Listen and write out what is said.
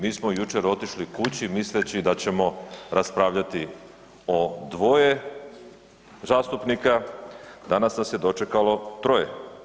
Mi smo jučer otišli kući misleći da ćemo raspravljati o dvoje zastupnika, danas nas je dočekalo troje.